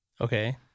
Okay